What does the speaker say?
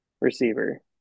receiver